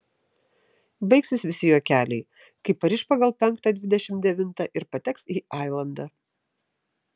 baigsis visi juokeliai kai pariš pagal penktą dvidešimt devintą ir pateks į ailandą